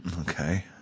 Okay